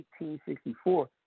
1864